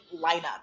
lineup